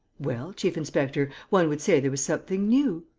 well, chief-inspector, one would say there was something new?